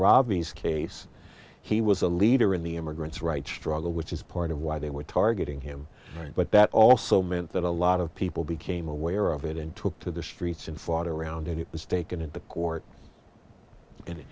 robbie's case he was a leader in the immigrant's rights struggle which is part of why they were targeting him but that also meant that a lot of people became aware of it and took to the streets and fought around it it was taken into court